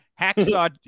Hacksaw